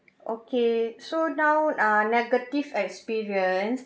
okay so now uh negative experience